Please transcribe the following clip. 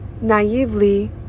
naively